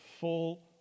full